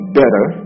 better